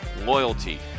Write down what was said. loyalty